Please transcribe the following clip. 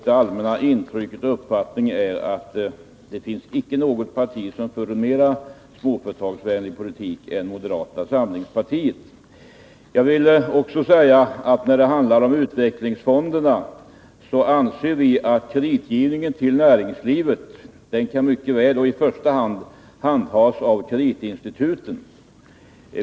Det finns inte något parti som för en mera småföretagsvänlig politik än moderata samlingspartiet. Jag vill också säga att när det handlar om utvecklingsfonderna anser vi att kreditgivningen till näringslivet mycket väl och i första hand kan handhas av kreditinstituten.